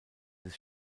des